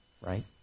right